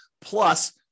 plus